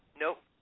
nope